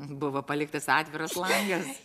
buvo paliktas atviras langas